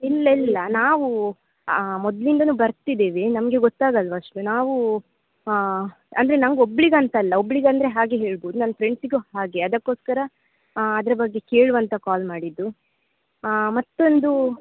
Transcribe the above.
ಇಲ್ಲ ಇಲ್ಲ ನಾವು ಮೊದಲಿಂದನೂ ಬರ್ತಿದ್ದೀವಿ ನಮಗೆ ಗೊತ್ತಾಗೋಲ್ವಾ ಅಷ್ಟು ನಾವು ಅಂದರೆ ನಂಗೆ ಒಬ್ಳಿಗೆ ಅಂತ ಅಲ್ಲ ಒಬ್ಳಿಗೆ ಅಂದರೆ ಹಾಗೆ ಹೇಳ್ಬೋದು ನನ್ನ ಫ್ರೆಂಡ್ಸಿಗೂ ಹಾಗೆ ಅದಕ್ಕೋಸ್ಕರ ಅದರ ಬಗ್ಗೆ ಕೇಳುವ ಅಂತ ಕಾಲ್ ಮಾಡಿದ್ದು ಮತ್ತೊಂದು